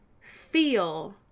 feel